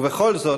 ובכל זאת,